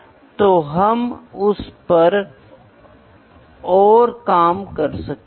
तो मूल रूप से हम क्या बात करने की कोशिश कर रहे हैं